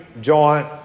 joint